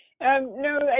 No